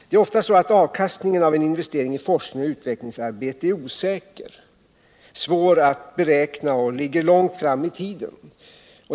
Det är ofta så att avkastningen av en investering i forskningsoch utvecklingsarbete är osäker och svår att beräkna och att den ligger långt fram i tiden.